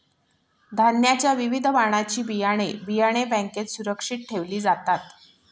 धान्याच्या विविध वाणाची बियाणे, बियाणे बँकेत सुरक्षित ठेवले जातात